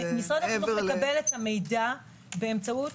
הוא מקבל את המידע באמצעות